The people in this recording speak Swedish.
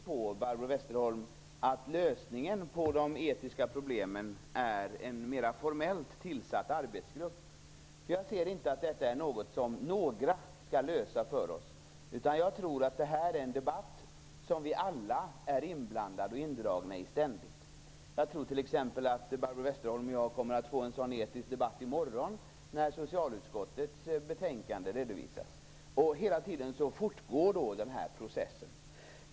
Jag är inte säker på att lösningen på de etiska problemen är en mer formellt tillsatt arbetsgrupp. Jag ser inte detta som ett problem som bara några skall lösa åt oss. Det är en debatt som vi alla ständigt är iblandade i. Jag tror t.ex. att Barbro Westerholm och jag kommer att få en sådan här etisk debatt i morgon när socialutskottets betänkande skall redovisas. Den här processen fortgår hela tiden.